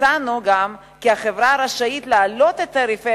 מצאנו גם כי החברה רשאית להעלות את תעריפי